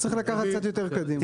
צריך לקחת קצת יותר קדימה.